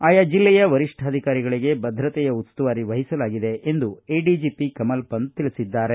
ಆಯಾ ಜಿಲ್ಲೆಯ ವರಿಷ್ಠಾಧಿಕಾರಿಗಳಿಗೆ ಭದ್ರತೆಯ ಉಸ್ತುವಾರಿ ವಹಿಸಲಾಗಿದೆ ಎಂದು ಎಡಿಜಿಪಿ ಕಮಲ ಪಂತ್ ತಿಳಿಸಿದ್ದಾರೆ